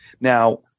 Now